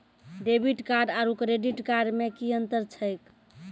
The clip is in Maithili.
डेबिट कार्ड आरू क्रेडिट कार्ड मे कि अन्तर छैक?